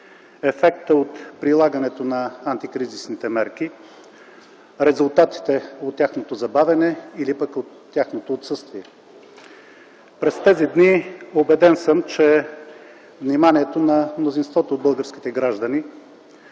ефекта от прилагането на антикризисните мерки, резултатите от тяхното забавяне или пък от тяхното отсъствие. През тези дни, убеден съм, вниманието на мнозинството от българските граждани